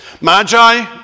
magi